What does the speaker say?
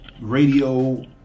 radio